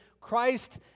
Christ